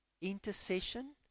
intercession